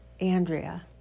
Andrea